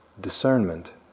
discernment